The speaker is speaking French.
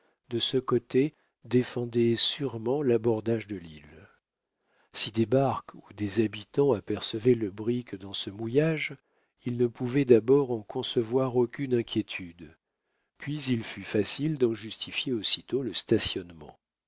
de ce côté défendaient sûrement l'abordage de l'île si des barques ou des habitants apercevaient le brick dans ce mouillage ils ne pouvaient d'abord en concevoir aucune inquiétude puis il fut facile d'en justifier aussitôt le